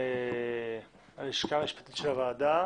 עם הלשכה המשפטית של הוועדה